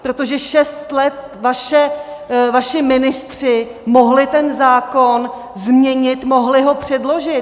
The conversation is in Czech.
Protože šest let vaši ministři mohli ten zákon změnit, mohli ho předložit.